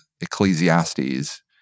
Ecclesiastes